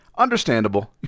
understandable